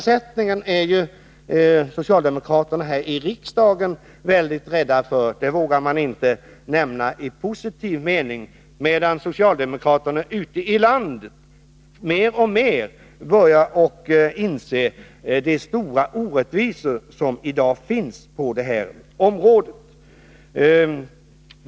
Socialdemokraterna här i riksdagen är mycket rädda för frågan om vårdnadsersättning. De vågar inte beröra det i positiva ordalag, medan socialdemokraterna ute i landet mer och mer börjar inse de stora orättvisor som i dag finns inom barnomsorgen.